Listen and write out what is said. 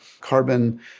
carbon